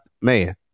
Man